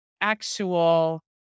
actual